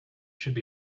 should